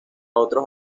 otros